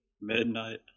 Midnight